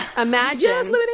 imagine